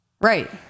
Right